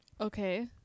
Okay